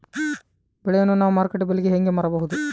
ಬೆಳೆಯನ್ನ ನಾವು ಮಾರುಕಟ್ಟೆ ಬೆಲೆಗೆ ಹೆಂಗೆ ಮಾರಬಹುದು?